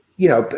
you know,